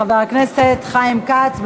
חבר הכנסת חיים כץ.